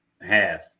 half